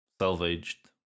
salvaged